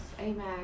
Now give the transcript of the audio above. Amen